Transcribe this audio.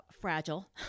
fragile